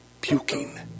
puking